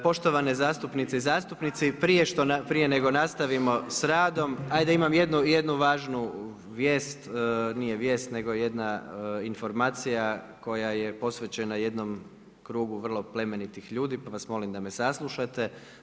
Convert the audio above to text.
Poštovane zastupnice i zastupnici prije nego nastavimo sa radom, ajde imam jednu važnu vijest, nije vijest nego jedna informacija koja je posvećena jednom krugu vrlo plemenitih ljudi pa vas molim da me saslušate.